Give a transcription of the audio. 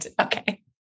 okay